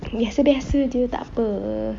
biasa-biasa jer tak apa